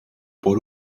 por